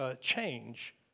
change